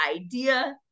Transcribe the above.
idea